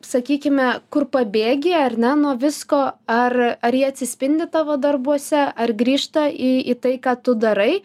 sakykime kur pabėgi ar ne nuo visko ar ar ji atsispindi tavo darbuose ar grįžta į į tai ką tu darai